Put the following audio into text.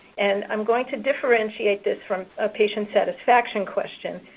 and i'm going to differentiate this from a patient satisfaction question.